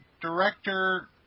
director